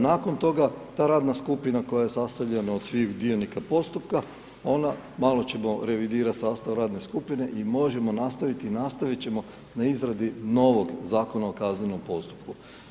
Nakon toga, ta radna skupina, koja je sastavljena od svih dionika postupak, ona, malo ćemo revidirati sastav radne skupine i možemo nastaviti i nastaviti ćemo n a izradi novog Zakona o kaznenom postupku.